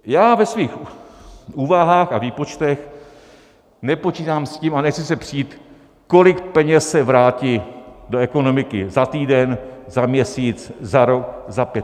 Já ve svých úvahách a výpočtech nepočítám s tím a nechci se přít, kolik peněz se vrátí do ekonomiky za týden, za měsíc, za rok, za pět.